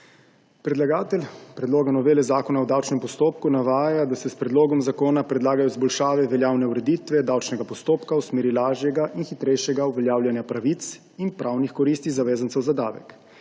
Predlagatelj predloga novele Zakona o davčnem postopku navaja, da se s predlogom zakona predlagajo izboljšave veljavne ureditve davčnega postopka v smeri lažjega in hitrejšega uveljavljanja pravic in pravnih koristi zavezancev za davek.